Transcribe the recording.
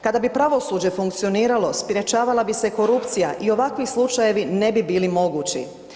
Kada bi pravosuđe funkcioniralo sprječavala bi se korupcija i ovakvi slučajevi ne bi bili mogući.